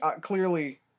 clearly